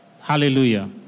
Hallelujah